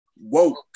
woke